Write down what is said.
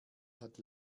hat